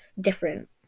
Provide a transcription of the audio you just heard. different